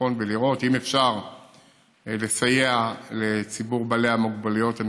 לבחון ולראות אם אפשר לסייע לציבור האנשים עם מוגבלות,